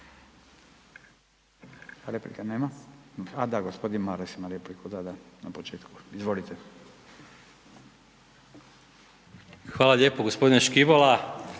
Hvala lijepa gospodine ministre.